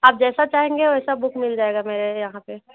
आप जैसा चाहेंगे वैसा बुक मिल जाएगा आपको मेरे यहाँ पर